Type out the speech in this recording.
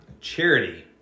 Charity